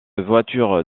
voiture